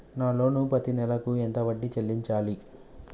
నా లోను పత్తి నెల కు ఎంత వడ్డీ చెల్లించాలి?